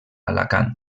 alacant